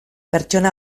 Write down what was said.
pertsona